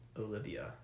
Olivia